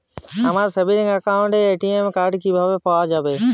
আমার সেভিংস অ্যাকাউন্টের ATM card কিভাবে পাওয়া যাবে?